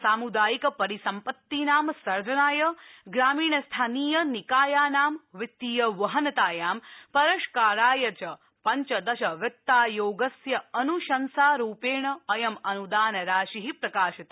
सामुदायिक परिसम्पत्तीनां सर्जनाय ग्रामीणस्थानीयनिकायाना वित्तीयवहनतायां परिष्काराय च पञ्चदश वित्तायोगस्य अन्शंसारूपेण अयं अनुदानराशि प्रकाशित